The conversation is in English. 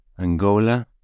Angola